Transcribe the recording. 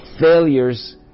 failures